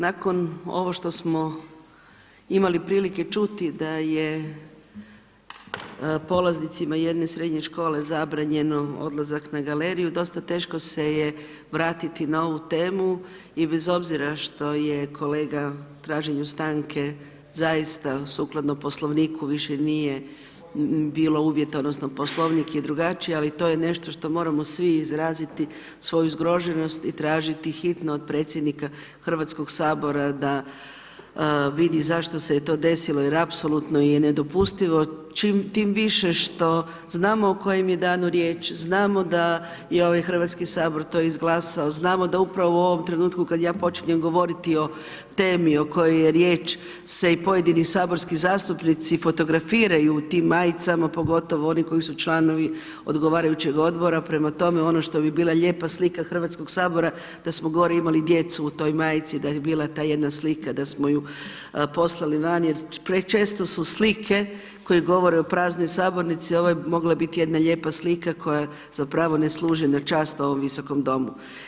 Nakon ovo što smo imali prilike čuti da je polaznicima jedne srednje škole zabranjeno odlazak na galeriju, dosta teško se je vratiti na ovu temu i bez obzira što je kolega u traženju stanke zaista sukladno Poslovniku više nije bilo uvjeta, odnosno Poslovnik je drugačiji ali to je nešto što moramo svi izraziti svoju zgroženost i tražiti hitno od predsjednika Hrvatskog sabora vidi zašto se je to desilo jer apsolutno je i nedopustivo tim više što znamo o kojem je danu riječ, znamo da je ovaj Hrvatski sabor to izglasao, znamo da upravo u ovom trenutku kad ja počinjem govoriti o temi o kojoj je riječ se i pojedini saborski zastupnici fotografiraju u tim majicama, pogotovo oni koji su članovi odgovarajućeg odbora, prema tome ono što bi bila lijepa slika Hrvatskog sabora, da smo gore imali djecu u toj majici, da je bila ta jedna slika, da smo poslali van jer prečesto su slike koje govore o praznoj sabornici, ovo je mogla biti jedna lijepa slika koja zapravo ne služi na čast ovom Visokom domu.